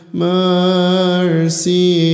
mercy